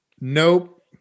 Nope